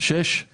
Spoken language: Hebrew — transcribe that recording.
שישה סעיפים.